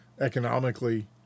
economically